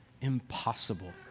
impossible